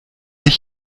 ich